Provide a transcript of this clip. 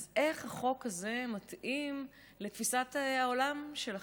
אז איך החוק הזה מתאים לתפיסת העולם שלכם?